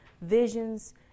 visions